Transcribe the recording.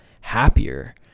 happier